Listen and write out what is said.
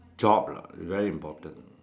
job lah it very important